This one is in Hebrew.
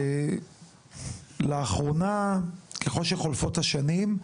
לאחרונה ככל שעוברות השנים,